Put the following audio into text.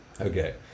Okay